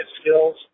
skills